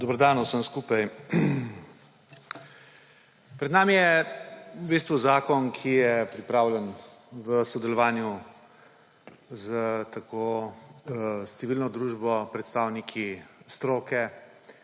Dober dan vsem skupaj. Pred nami je v bistvu zakon, ki je pripravljen v sodelovanju s civilno družbo, s predstavniki stroke,